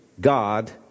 God